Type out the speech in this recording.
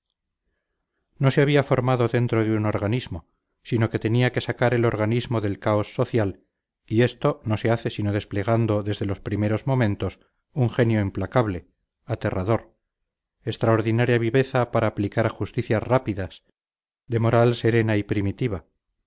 no se había formado dentro de un organismo sino que tenía que sacar el organismo del caos social y esto no se hace sino desplegando desde los primeros momentos un genio implacable aterrador extraordinaria viveza para aplicar justicias rápidas de moral severa y primitiva